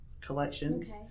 collections